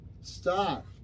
stop